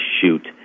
shoot